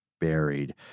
buried